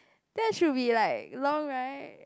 that should be like long right